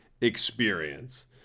experience